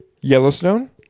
Yellowstone